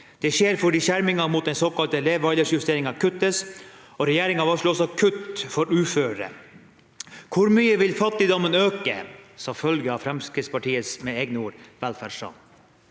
Det skjer fordi skjermingen mot den såkalte levealdersjusteringen kuttes, og regjeringen varsler også kutt for uføre. Hvor mye vil fattigdommen øke som følge av Fremskrittspartiets – med